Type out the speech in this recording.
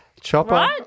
Chopper